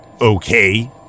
Okay